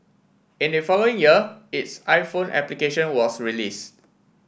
in the following year its iPhone application was released